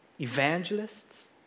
evangelists